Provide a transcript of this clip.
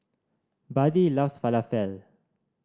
Buddie loves Falafel